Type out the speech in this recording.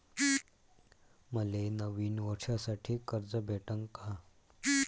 मले नवीन वर्षासाठी कर्ज भेटन का?